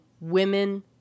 women